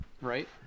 right